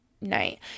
night